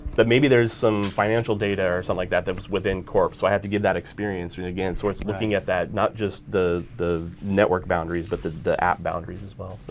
but maybe there's some financial data or some like that that was within corp. so i had to give that experience again, so where it's looking at that not just the the network boundaries, but the the app boundaries as well. so,